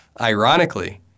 Ironically